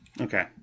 Okay